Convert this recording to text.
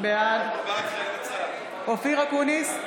בעד אופיר אקוניס,